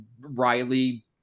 Riley